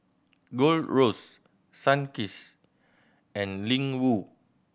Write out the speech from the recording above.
Gold Roast Sunkist and Ling Wu